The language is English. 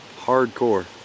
Hardcore